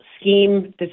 scheme